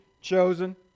chosen